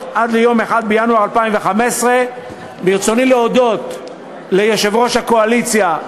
עד ליום 1 בינואר 2015. ברצוני להודות ליושב-ראש הקואליציה,